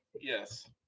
Yes